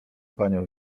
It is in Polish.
panią